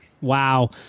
Wow